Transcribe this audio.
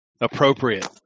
appropriate